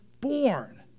born